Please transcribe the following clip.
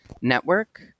Network